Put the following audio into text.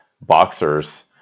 boxers